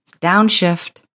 Downshift